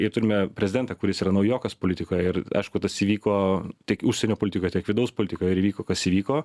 ir turime prezidentą kuris yra naujokas politikoje ir aišku tas įvyko tiek užsienio politikoje tiek vidaus politikoje ir vyko kas įvyko